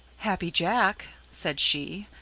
happy jack, said she,